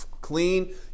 clean